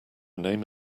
name